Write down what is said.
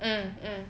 mm mm